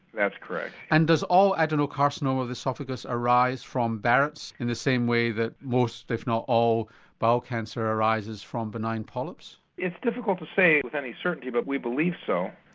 that's correct. and does all adenocarcinoma of the oesophagus arise from barrett's in the same way that most if not all bowel cancer arises from benign polyps? it's difficult to say with any certainty but we believe so.